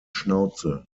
schnauze